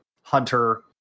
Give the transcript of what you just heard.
hunter